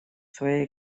своей